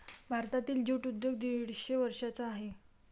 भारतातील ज्यूट उद्योग दीडशे वर्षांचा आहे